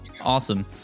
Awesome